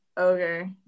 Okay